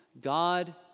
God